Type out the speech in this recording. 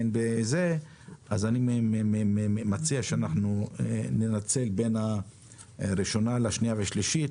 אני מציע שננצל את הזמן בין הקריאה הראשונה לשנייה והשלישית